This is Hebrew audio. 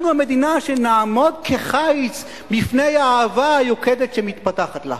המדינה שנעמוד כחיץ בפני האהבה היוקדת שמתפתחת לה.